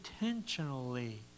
Intentionally